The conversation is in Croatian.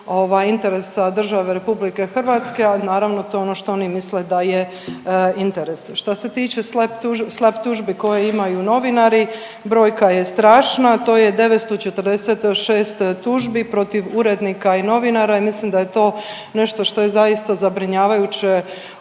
interesa države RH, a naravno, to je ono što oni misle da je interes. Šta se tiče SLAP tužbi koje imaju novinari, brojka je strašna, to je 946 tužbi protiv urednika i novinara i mislim da je to nešto što je zaista zabrinjavajuće